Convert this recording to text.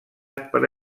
per